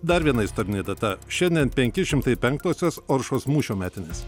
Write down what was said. dar viena istorinė data šiandien penki šimtai penktosios oršos mūšio metinės